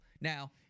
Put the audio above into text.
Now